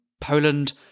Poland